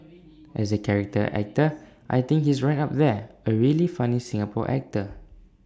as A character actor I think he's right up there A really funny Singapore actor